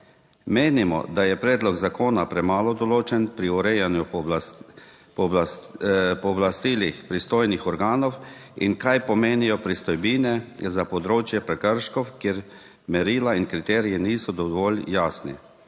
Menimo, da je predlog zakona premalo določen pri urejanju pooblastilih pristojnih organov in kaj pomenijo pristojbine za področje prekrškov, kjer merila in kriteriji niso dovolj jasni